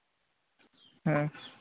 ᱦᱮᱸ